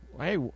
Hey